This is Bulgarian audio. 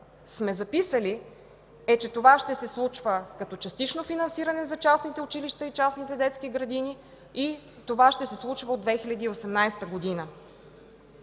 сме записали, е, че това ще се случва като частично финансиране за частните училища и частните детски градини, и ще се случи от 2018 г.